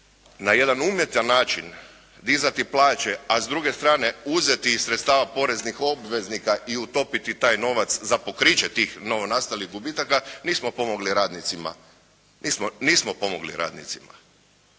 na jedan umjetan način dizati plaće, a s druge strane uzeti iz sredstava poreznih obveznika i potopiti taj novac za pokriće tih novonastalih gubitaka nismo pomogli radnicima. Nismo pomogli radnicima.